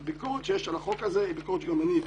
הביקורת שיש על החוק הזה היא ביקורת שגם אני הבעתי,